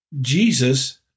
Jesus